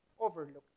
Overlooked